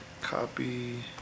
Copy